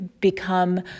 become